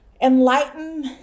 enlighten